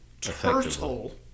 Turtle